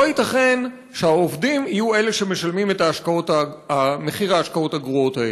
לא ייתכן שהעובדים יהיו אלה שמשלמים את מחיר ההשקעות הגרועות האלה.